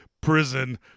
prison